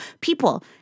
people